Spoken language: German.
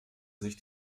sich